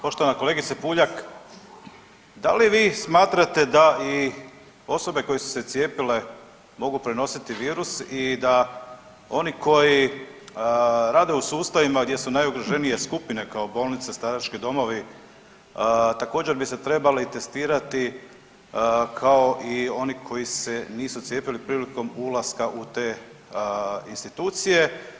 Poštovana kolegice Puljak da li vi smatrate da i osobe koje su se cijepile mogu prenositi virus i da oni koji rade u sustavima gdje su najugroženije skupine kao bolnice, starački domovi također bi se trebali testirati kao i oni koji se nisu cijepili prilikom ulaska u te institucije?